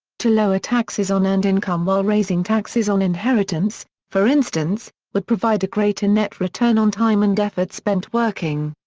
to lower taxes on earned income while raising taxes on inheritance, for instance, would provide a greater net return on time and effort spent working.